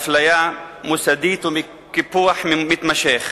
מאפליה מוסדית ומקיפוח מתמשך.